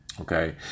Okay